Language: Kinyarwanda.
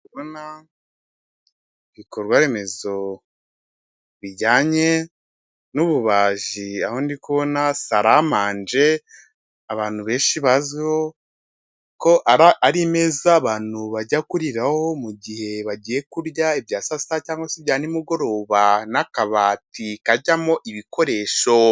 Ndabona ibikorwa remezo bijyanye n'ububaji, aho ndi kubona salamanje, abantu benshi bazwiho ko ari imeza abantu bajya kuriraho mu gihe bagiye kurya ibya saa sita cyangwa se ibya nimugoroba n'akabati kajyamo ibikoresho.